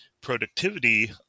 productivity